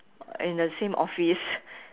in the same office